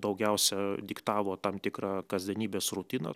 daugiausia diktavo tam tikrą kasdienybės rutiną